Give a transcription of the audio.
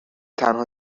تنها